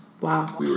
Wow